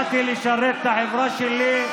באתי לשרת את החברה שלי,